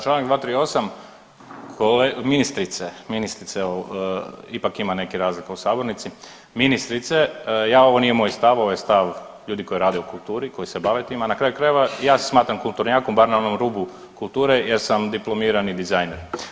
Članak 238., ministrice, ministrice ipak ima neki razlike u sabornici, ministrice ja ovo nije moj stav, ovo je stav ljudi koji rade u kulturi, koji se bave time, a na kraju krajeva ja se smatram kulturnjakom barem na onom rubu kulture jer sam diplomirani dizajner.